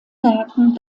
merken